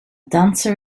dancer